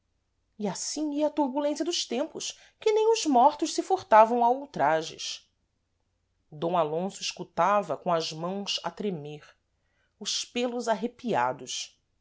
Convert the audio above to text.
e assim ia a turbulência dos tempos que nem os mortos se furtavam a ultrajes d alonso escutava com as mãos a tremer os pêlos arrepiados